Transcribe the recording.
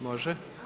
Može.